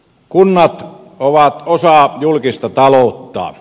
kunnat ovat osa julkista taloutta